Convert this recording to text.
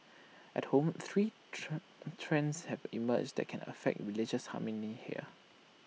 at home three trends have emerged that can affect religious harmony here